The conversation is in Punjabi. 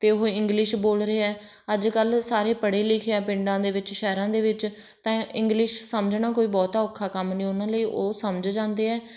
ਅਤੇ ਉਹ ਇੰਗਲਿਸ਼ ਬੋਲ ਰਿਹਾ ਅੱਜ ਕੱਲ੍ਹ ਸਾਰੇ ਪੜ੍ਹੇ ਲਿਖੇ ਆ ਪਿੰਡਾਂ ਦੇ ਵਿੱਚ ਸ਼ਹਿਰਾਂ ਦੇ ਵਿੱਚ ਤਾਂ ਇੰਗਲਿਸ਼ ਸਮਝਣਾ ਕੋਈ ਬਹੁਤਾ ਔਖਾ ਕੰਮ ਨਹੀਂ ਉਹਨਾਂ ਲਈ ਉਹ ਸਮਝ ਜਾਂਦੇ ਹੈ